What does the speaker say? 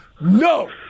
No